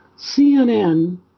CNN